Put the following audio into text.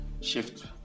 shift